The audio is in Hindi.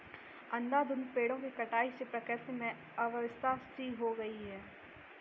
अंधाधुंध पेड़ों की कटाई से प्रकृति में अव्यवस्था सी हो गई है